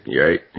right